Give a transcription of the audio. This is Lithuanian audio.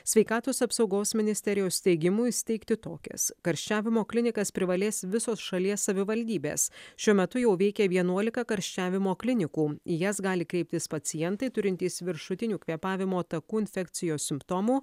sveikatos apsaugos ministerijos teigimu įsteigti tokias karščiavimo klinikas privalės visos šalies savivaldybės šiuo metu jau veikia vienuolika karščiavimo klinikų į jas gali kreiptis pacientai turintys viršutinių kvėpavimo takų infekcijos simptomų